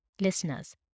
Listeners